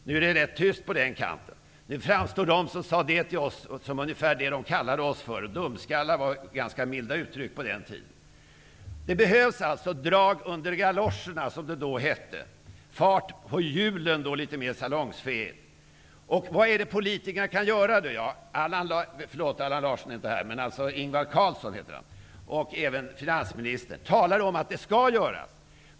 Nu är det rätt tyst på den kanten. Nu framstår de som sade så till oss som det som de kallade oss -- dumskallar. Det var ganska milda uttryck på den tiden. Det behövs alltså drag under galoscherna, som det då hette. Att få fart på hjulen låter litet mer salongsfähigt. Ingvar Carlsson och även finansministern talade om att det skall bli så.